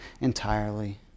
entirely